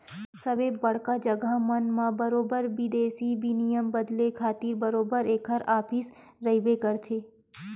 सबे बड़का जघा मन म बरोबर बिदेसी बिनिमय बदले खातिर बरोबर ऐखर ऑफिस रहिबे करथे